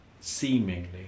seemingly